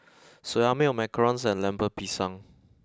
Soya Milk Macarons and Lemper Pisang